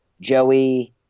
Joey